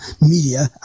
media